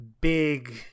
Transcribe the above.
big